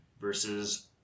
versus